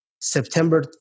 September